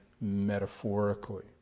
metaphorically